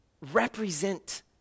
represent